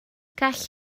gall